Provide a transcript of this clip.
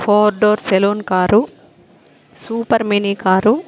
four door saloon car supermini car